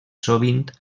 sovint